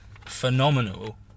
phenomenal